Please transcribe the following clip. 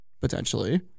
potentially